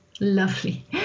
Lovely